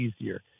easier